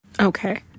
Okay